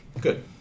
good